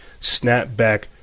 snapback